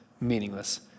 meaningless